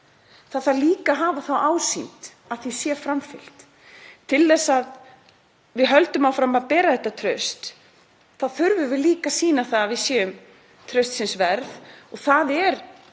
Það þarf líka að hafa þá ásýnd að því sé framfylgt. Til þess að við höldum áfram að bera þetta traust þurfum við líka að sýna að við séum traustsins verð. Það er